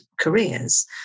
careers